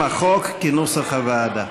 החוק, כהצעת הוועדה,